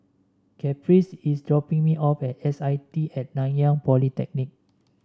Caprice is dropping me off at S I T At Nanyang Polytechnic